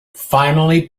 finally